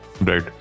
Right